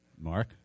Mark